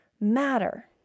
matter